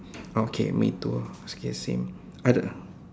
oh okay me too it's okay the same ada